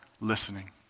listening